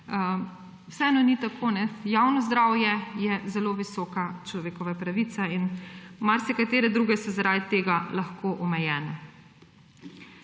vseeno ni tako, javno zdravje je zelo visoka človekova pravica in marsikatere druge so zaradi tega lahko omejene.